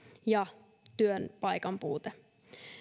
ja työpaikan puute